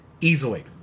easily